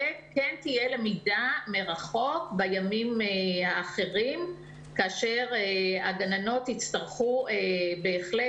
וכן תהיה למידה מרחוק בימים האחרים כאשר הגננות יצטרכו בהחלט,